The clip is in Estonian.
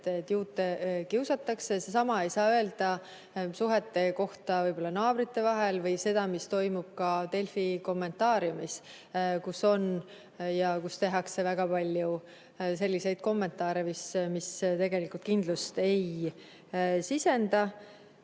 et juute kiusatakse. Sedasama ei saa öelda suhete kohta võib-olla naabrite vahel või selle kohta, mis toimub ka Delfi kommentaariumis, kus on väga palju selliseid kommentaare, mis tegelikult kindlust ei sisenda.